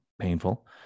painful